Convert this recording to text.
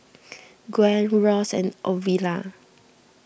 Gwen Ross and Ovila